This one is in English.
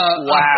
Wow